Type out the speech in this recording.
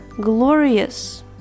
glorious